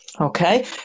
Okay